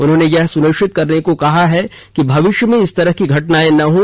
उन्होंने यह सुनिश्चित करने को कहा कि भविष्य में इस तरह की घटनाएं न हों